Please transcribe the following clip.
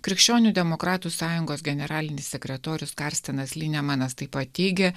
krikščionių demokratų sąjungos generalinis sekretorius karstenas linemanas taip pat teigė